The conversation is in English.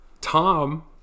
Tom